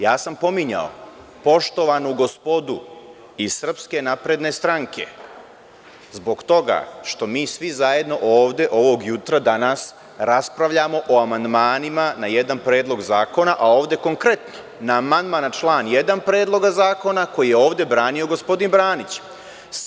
Ja sam pominjao poštovanu gospodu iz SNS zbog toga što mi svi zajedno ovde, ovog jutra, danas, raspravljamo o amandmanima na jedan predlog zakona, a ovde konkretno na amandman na član 1. Predloga zakona, koji je ovde branio gospodin Bradić.